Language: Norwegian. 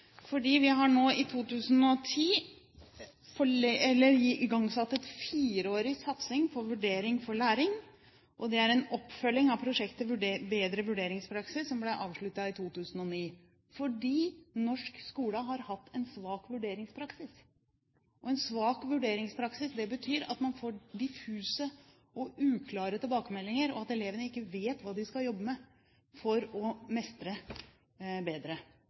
fordi norsk skole har hatt en svak vurderingspraksis. En svak vurderingspraksis betyr at man får diffuse og uklare tilbakemeldinger, og at elevene ikke vet hva de skal jobbe med for å mestre bedre.